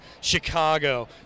Chicago